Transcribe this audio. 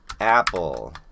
Apple